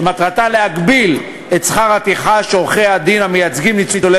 שמטרתה להגביל את שכר הטרחה שעורכי-הדין המייצגים ניצולי